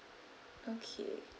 okay